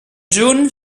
june